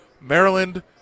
maryland